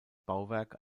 bauwerk